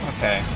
Okay